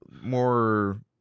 more